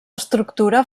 estructura